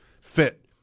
fit